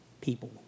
people